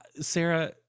Sarah